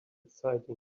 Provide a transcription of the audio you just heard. exciting